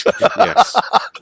Yes